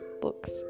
books